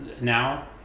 now